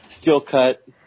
steel-cut